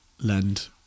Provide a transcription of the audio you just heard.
lend